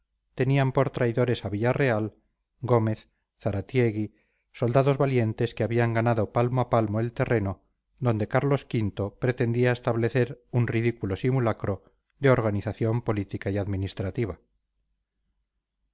tenían por traidores a villarreal gómez zaratiegui soldados valientes que habían ganado palmo a palmo el terreno donde carlos v pretendía establecer un ridículo simulacro de organización política y administrativa